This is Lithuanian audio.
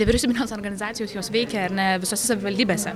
nevyriausybinės organizacijos jos veikia ar ne visose savivaldybėse